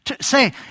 Say